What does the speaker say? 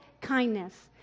kindness